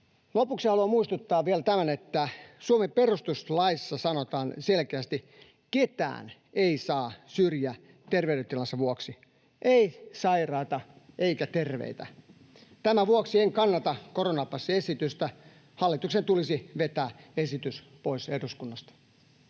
Lopuksi haluan muistuttaa vielä tämän, että Suomen perustuslaissa sanotaan selkeästi: ketään ei saa syrjiä terveydentilansa vuoksi, ei sairaita eikä terveitä. Tämän vuoksi en kannata koronapassiesitystä. Hallituksen tulisi vetää esitys pois eduskunnasta.